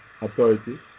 authority